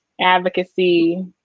advocacy